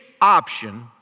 option